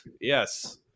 Yes